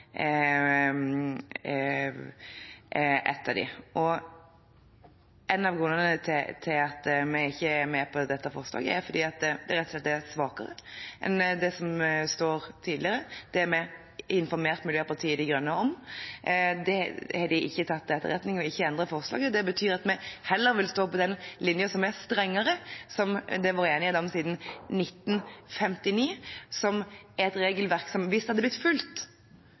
En av grunnene til at vi ikke er med på dette forslaget, er at det rett og slett er svakere enn det som står tidligere. Det har vi informert Miljøpartiet De Grønne om. Det har de ikke tatt til etterretning, og ikke endret forslaget. Det betyr at vi heller vil stå på den linjen som er strengere, som det har vært enighet om siden 1959, som er et regelverk som hvis det hadde blitt fulgt,